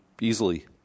easily